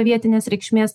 vietinės reikšmės